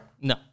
No